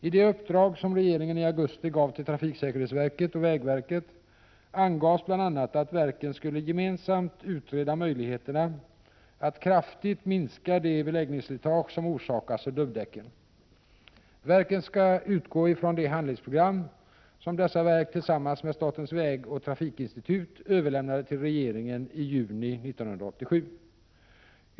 I det uppdrag som regeringen i augusti gav till trafiksäkerhetsverket och vägverket angavs bl.a. att verken gemensamt skulle utreda möjligheterna att kraftigt minska det beläggningsslitage som orsakas av dubbdäcken. Verken skall utgå från det handlingsprogram som dessa verk tillsammans med statens vägoch trafikinstitut överlämnade till regeringen i juni 1987.